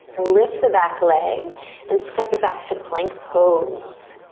lift the back leg and step it back to plank pose.